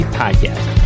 podcast